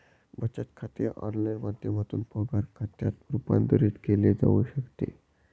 बचत खाते ऑनलाइन माध्यमातून पगार खात्यात रूपांतरित केले जाऊ शकते